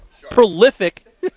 prolific